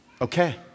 okay